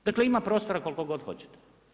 Dakle, ima prostora koliko god hoćete.